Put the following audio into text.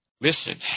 Listen